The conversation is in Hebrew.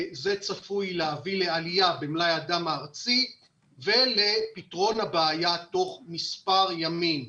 זה צפוי להביא לעלייה במלאי הדם הארצי ולפתרון הבעיה תוך מספר ימים.